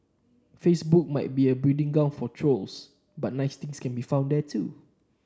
Facebook might be a breeding ground for trolls but nice things can be found there too